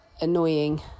annoying